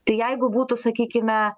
tai jeigu būtų sakykime